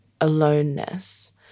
aloneness